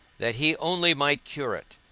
that he only might cure it,